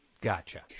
Gotcha